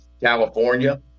California